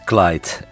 Clyde